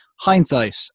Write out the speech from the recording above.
Hindsight